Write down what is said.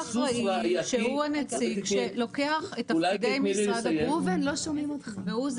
אחראי שהוא הנציג שלוקח את תפקידי משרד הבריאות והוא זה